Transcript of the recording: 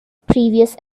previous